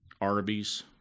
Arby's